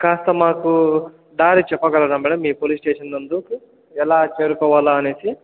కాస్త మాకు దారి చెప్పగలరా మేడం మీ పోలీస్ స్టేషన్ నందుకు ఎలా చేరుకోవాలా అనేసి